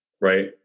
right